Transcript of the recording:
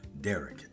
Derek